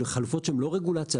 חלופות שהן לא רגולציה,